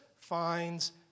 finds